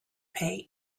pay